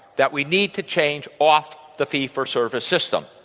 that we need to change off the fee-for-service system.